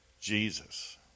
Jesus